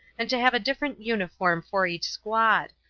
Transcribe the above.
and to have a different uniform for each squad,